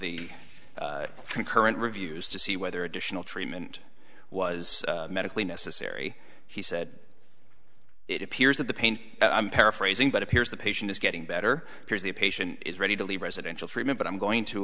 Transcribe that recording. the current reviews to see whether additional treatment was medically necessary he said it appears that the pain i'm paraphrasing but appears the patient is getting better here's the patient is ready to leave residential treatment but i'm going to